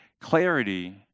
Clarity